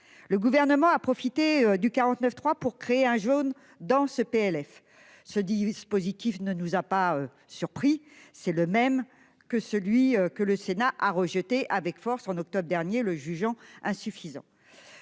Le gouvernement a profité du 49.3 pour créer un jaune dans ce PLF ce dispositif ne nous a pas surpris. C'est le même que celui que le Sénat a rejeté avec force en octobre dernier, le jugeant insuffisant.